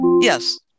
Yes